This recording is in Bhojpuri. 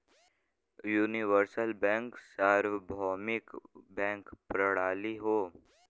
यूनिवर्सल बैंक सार्वभौमिक बैंक प्रणाली हौ